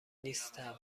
نیستم